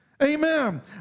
Amen